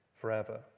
forever